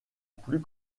plus